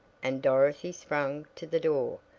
and dorothy sprang to the door.